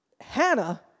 Hannah